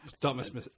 Dumbest